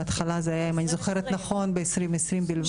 בהתחלה זה היה אם אני זוכרת נכון ב-2020 בלבד.